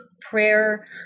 prayer